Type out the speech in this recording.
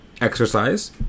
exercise